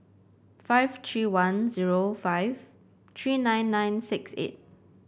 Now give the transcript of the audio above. five three one zero five three nine nine six eight